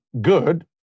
good